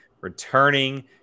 returning